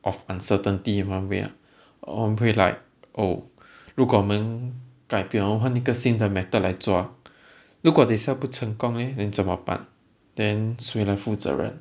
of uncertainty [one] 会呀 oh 会 like oh 如果我们改变我们换一个新的 method 来做如果 result 不成功 leh then 真么办 then 谁来负责任